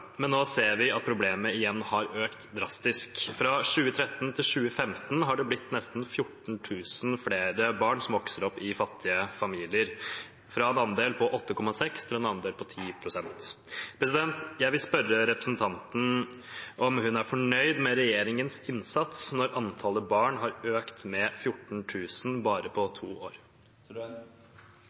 men nå ser vi at problemet igjen har økt drastisk. Fra 2013 til 2015 har det blitt nesten 14 000 flere barn som vokser opp i fattige familier, fra en andel på 8,6 pst. til en andel på 10 pst. Jeg vil spørre representanten om hun er fornøyd med regjeringens innsats når antallet barn har økt med 14 000 på bare to år.